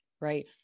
right